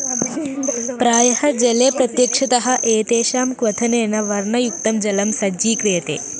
प्रायः जले प्रत्यक्षतः एतेषां क्वथनेन वर्णयुक्तं जलं सज्जीक्रियते